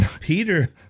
Peter